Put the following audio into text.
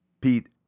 Pete